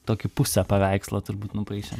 tokį pusę paveikslo turbūt nupaišėm